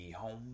home